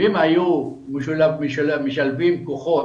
אם היו משלבים כוחות,